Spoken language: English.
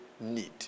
need